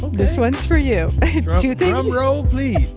this one's for you you drum roll, please.